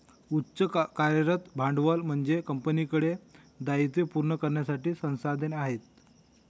उच्च कार्यरत भांडवल म्हणजे कंपनीकडे दायित्वे पूर्ण करण्यासाठी संसाधने आहेत